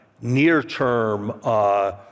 near-term